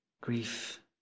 grief